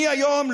אני היום,